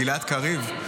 גלעד קריב.